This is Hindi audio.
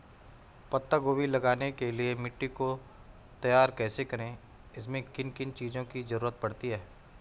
पत्ता गोभी लगाने के लिए मिट्टी को तैयार कैसे करें इसमें किन किन चीज़ों की जरूरत पड़ती है?